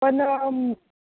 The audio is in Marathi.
पण